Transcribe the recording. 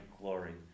glory